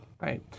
Right